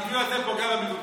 המפלגה היא נייר.